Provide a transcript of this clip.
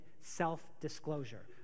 self-disclosure